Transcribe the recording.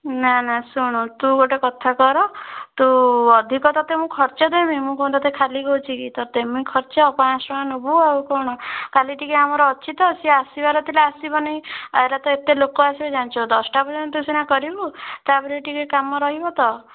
ନା ନା ଶୁଣୁ ତୁ ଗୋଟେ କଥା କର ତୁ ଅଧିକ ତୋତେ ମୁଁ ଖର୍ଚ୍ଚ ଦେବି ମୁଁ କ'ଣ ତତେ ଖାଲି କହୁଛି କି ତୋତେ ମୁଁ ଖର୍ଚ୍ଚ ପାଞ୍ଚ ଶହ ଟଙ୍କା ନେବୁ ଆଉ କ'ଣ କାଲି ଟିକିଏ ଆମର ଅଛି ତ ସିଏ ଆସିବାର ଥିଲା ଆସିବନି ଆରେ ତ ଏତେ ଲୋକ ଆସିବେ ଜାଣିଛ ଦଶଟା ପର୍ଯ୍ୟନ୍ତ ତୁ ସିନା କରିବୁ ତାପରେ ଟିକିଏ କାମ ରହିବ ତ